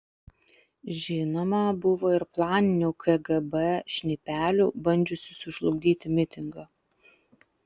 žinoma buvo ir planinių kgb šnipelių bandžiusių sužlugdyti mitingą